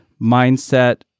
mindset